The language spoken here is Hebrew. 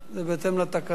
זה בהתאם לתקנון.